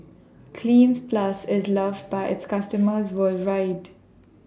Cleanz Plus IS loved By its customers worldwide